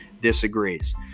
disagrees